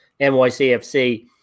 NYCFC